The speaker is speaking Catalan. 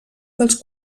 dels